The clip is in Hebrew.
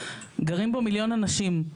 גרים בו מיליון אנשים.